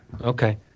Okay